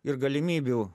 ir galimybių